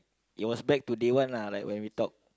it was back to day one lah like when we talk